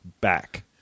back